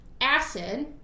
acid